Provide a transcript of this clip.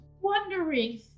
wondering